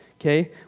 okay